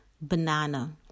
banana